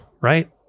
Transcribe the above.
right